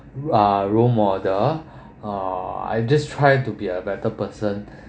uh role model uh I just try to be a better person